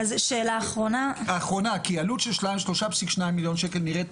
עלות של 3.2 מיליון שקל נראית